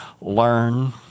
learn